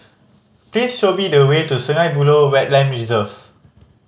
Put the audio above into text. please show me the way to Sungei Buloh Wetland Reserve